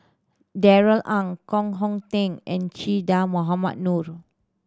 Darrell Ang Koh Hong Teng and Che Dah Mohamed Noor